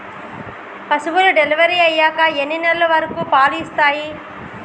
పశువులు డెలివరీ అయ్యాక ఎన్ని నెలల వరకు పాలు ఇస్తాయి?